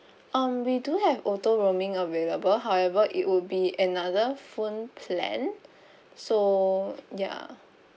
um we do have auto roaming available however it would be another phone plan so ya